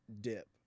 dip